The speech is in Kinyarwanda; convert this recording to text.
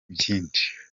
byinshi